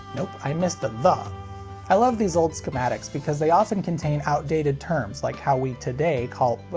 nope. i missed a the i love these old schematics because they often contain outdated terms, like how we today call